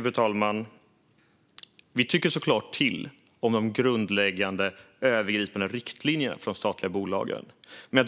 Fru talman! Vi tycker såklart till om de grundläggande övergripande riktlinjerna för de statliga bolagen. Men